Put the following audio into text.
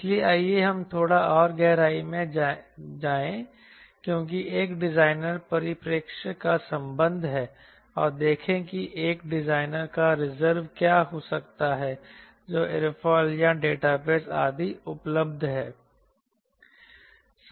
इसलिए आइए हम थोड़ा और गहराई में जाएं क्योंकि एक डिज़ाइनर परिप्रेक्ष्य का संबंध है और देखें कि एक डिजाइनर का रिज़र्व क्या हो सकता है जो एयरोफिल या डेटाबेस आदि उपलब्ध है